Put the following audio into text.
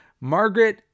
Margaret